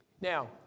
Now